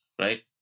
Right